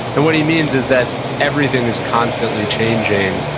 and what he means is that everything is constantly changing,